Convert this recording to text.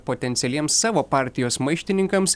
potencialiems savo partijos maištininkams